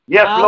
Yes